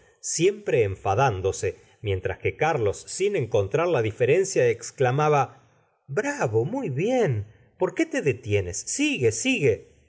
siempre enfadándose mientras que carlos sin encontrar la diferencia ex clamaba bravo muy bien por qué te detienes sigue sigue